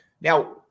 Now –